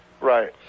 Right